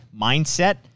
mindset